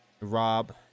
Rob